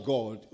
God